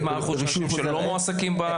מהו פחות או יותר האחוז של אנשים שלא מועסקים בזה?